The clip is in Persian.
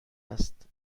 است